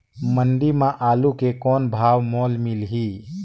मंडी म आलू के कौन भाव मोल मिलही?